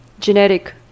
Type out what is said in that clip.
genetic